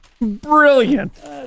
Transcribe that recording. Brilliant